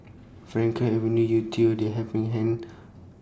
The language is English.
Frankel Avenue Yew Tee and The Helping Hand